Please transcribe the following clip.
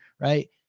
right